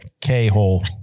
K-hole